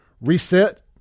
Reset